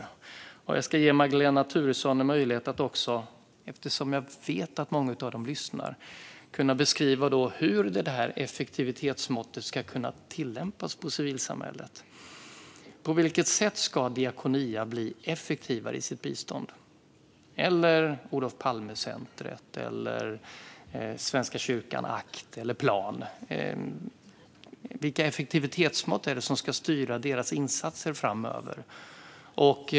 Eftersom jag vet att många av civilsamhällesorganisationerna lyssnar ska jag ska också ge Magdalena Thuresson en möjlighet att beskriva hur detta effektivitetsmått ska kunna tillämpas på civilsamhället. På vilket sätt ska Diakonia bli effektivare i sitt bistånd? Hur ska Olof Palmecentret, Act Svenska Kyrkan eller Plan bli det? Vilka effektivitetsmått är det som ska styra deras insatser framöver?